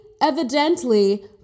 evidently